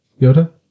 Yoda